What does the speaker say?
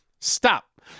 Stop